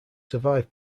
survived